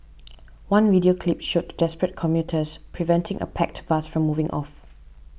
one video clip showed desperate commuters preventing a packed bus from moving off